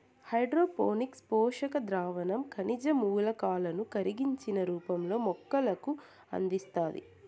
hydroponics పోషక ద్రావణం ఖనిజ మూలకాలను కరిగించిన రూపంలో మొక్కలకు అందిస్తాది